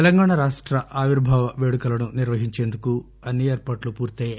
తెలంగాణ రాష్ట ఆవిర్భావ పేడుకలను నిర్వహించేందుకు అన్ని ఏర్పాట్లు పూర్తెయ్యాయి